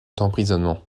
d’emprisonnement